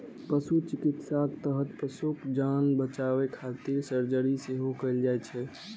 पशु चिकित्साक तहत पशुक जान बचाबै खातिर सर्जरी सेहो कैल जाइ छै